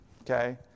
okay